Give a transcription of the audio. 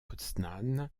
poznań